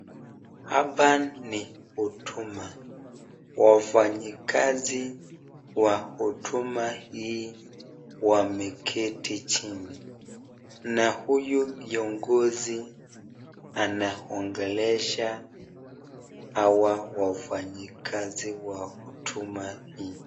Hapa ni huduma, wafanyi kazi, wa huduma hii wameketi chini. Na huyu kiongozi anaongelesha hawa wafanyi kazi wa huduma hii.